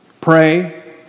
pray